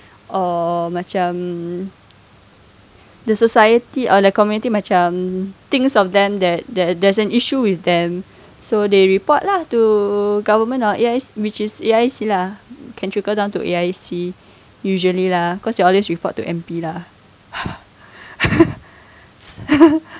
or macam the society or the community macam thinks of them that that there's an issue with them so they report lah to government or A_I_C which is A_I_C lah can trickle down to A_I_C usually lah cause they always report to M_P lah